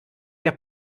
der